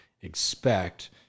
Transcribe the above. expect